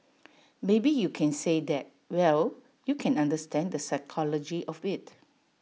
maybe you can say that well you can understand the psychology of IT